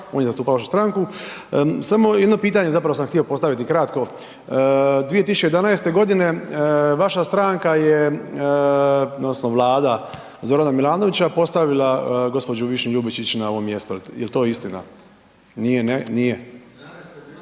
on je zastupao vašu stranku. Samo jedno pitanje zapravo sam htio postaviti kratko, 2011. godine vaša stranka je odnosno Vlada Zorana Milanovića postavila gđu. Višnju Ljubičić na ovo mjesto. Je li to istina? .../Upadica